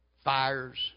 Fires